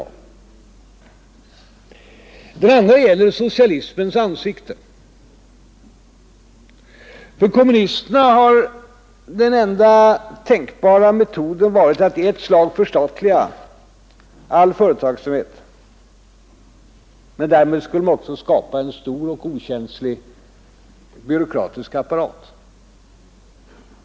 Den andra skiljelinjen gäller socialismens ansikte. För kommunisterna har den enda ' tänkbara metoden varit att i ett slag förstatliga all företagsamhet. Men därmed skulle man skapa en stor och okänslig byråkratisk apparat.